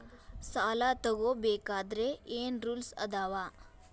ಸಾಲ ತಗೋ ಬೇಕಾದ್ರೆ ಏನ್ ರೂಲ್ಸ್ ಅದಾವ?